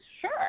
Sure